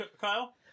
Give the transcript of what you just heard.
Kyle